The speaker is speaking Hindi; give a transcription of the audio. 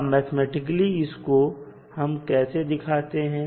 अब मैथमेटिकली इसको हम कैसे दिखाते हैं